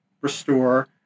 restore